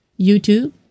YouTube